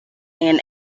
and